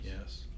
yes